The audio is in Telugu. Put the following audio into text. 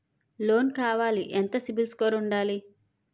లోన్ కావాలి ఎంత సిబిల్ స్కోర్ ఉండాలి?